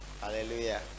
Hallelujah